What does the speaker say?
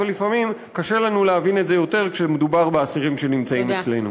אבל לפעמים קשה לנו להבין את זה יותר כשמדובר באסירים שנמצאים אצלנו.